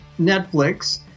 Netflix